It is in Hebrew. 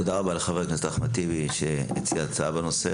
תודה רבה לחבר הכנסת אחמד טיבי שהציע הצעה בנושא,